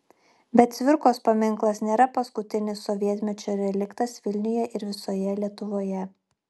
bet cvirkos paminklas nėra paskutinis sovietmečio reliktas vilniuje ir visoje lietuvoje